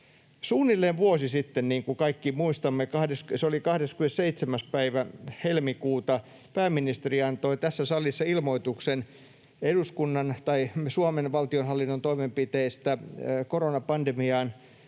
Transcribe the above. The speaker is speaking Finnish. Suunnilleen vuosi sitten, niin kuin kaikki muistamme — se oli 27. päivä helmikuuta — pääministeri antoi tässä salissa ilmoituksen Suomen valtionhallinnon toimenpiteistä koronapandemiaan